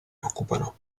occupano